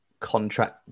contract